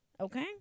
Okay